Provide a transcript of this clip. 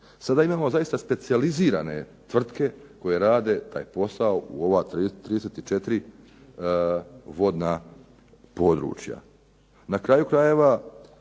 Sada imamo zaista specijalizirane tvrtke koje rade takav posao u ova 34 vodna područja. Na kraju krajeva